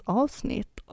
avsnitt